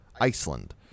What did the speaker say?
Iceland